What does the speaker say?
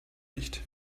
nicht